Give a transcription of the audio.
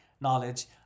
knowledge